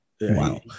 Wow